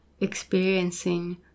experiencing